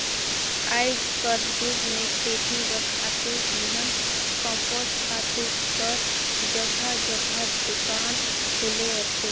आएज कर जुग में खेती बर खातू, बीहन, कम्पोस्ट खातू कर जगहा जगहा दोकान खुले रहथे